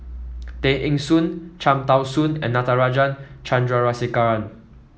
Tay Eng Soon Cham Tao Soon and Natarajan Chandrasekaran